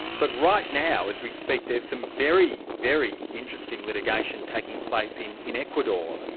but right now as we speak, there's some very, very interesting litigation taking place in in ecuador,